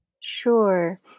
Sure